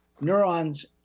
neurons